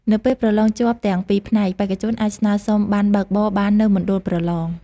នៅពេលប្រឡងជាប់ទាំងពីរផ្នែក បេក្ខជនអាចស្នើសុំប័ណ្ណបើកបរបាននៅមណ្ឌលប្រឡង។